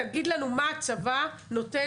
תגיד לנו מה הצבא נותן,